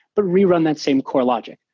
but rerun that same core logic.